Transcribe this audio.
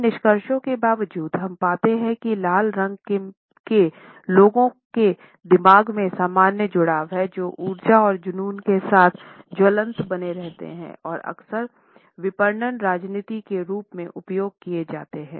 इन निष्कर्षों के बावजूद हम पाते हैं कि लाल रंग के लोगों के दिमाग में सामान्य जुड़ाव हैं जो ऊर्जा और जुनून के साथ ज्वलंत बने रहते हैं और अक्सर विपणन रणनीति के रूप में उपयोग किए जाते हैं